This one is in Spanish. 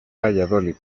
valladolid